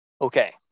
Okay